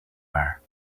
bar